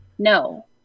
No